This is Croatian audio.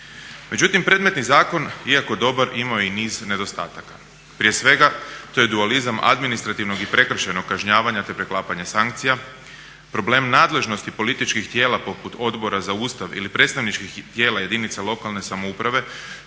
Međutim, predmetni zakon iako dobar imao je i niz nedostataka. Prije svega to je dualizam administrativnog i prekršajnog kažnjavanja te preklapanja sankcija, problem nadležnosti političkih tijela poput Odbora za Ustav ili predstavničkih tijela jedinica lokalne samouprave